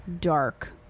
Dark